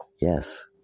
Yes